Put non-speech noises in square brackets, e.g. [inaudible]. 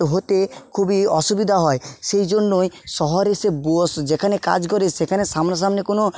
হতে খুবই অসুবিধা হয় সেই জন্যই শহরে এসে বস [unintelligible] যেখানে কাজ করে সেখানে সামনাসামনি কোনো